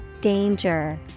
Danger